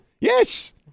Yes